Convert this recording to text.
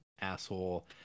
asshole